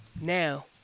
Now